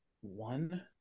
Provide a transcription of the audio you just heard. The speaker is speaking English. one